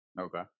Okay